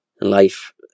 Life